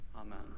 Amen